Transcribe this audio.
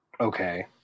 Okay